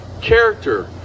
character